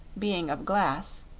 being of glass,